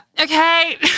okay